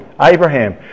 Abraham